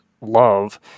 love